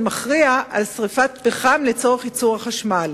מכריע על שרפת פחם לצורך ייצור החשמל.